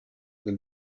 del